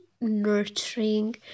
nurturing